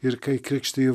ir kai krikštiji